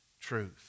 truth